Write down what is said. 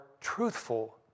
truthful